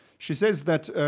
she says that